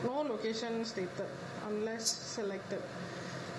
no locations stated unless selected